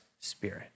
Spirit